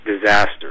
disaster